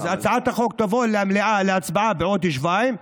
אז הצעת החוק תבוא למליאה להצבעה בעוד שבועיים,